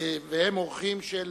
והם אורחים של